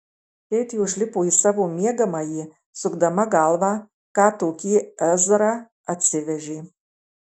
keitė užlipo į savo miegamąjį sukdama galvą ką tokį ezra atsivežė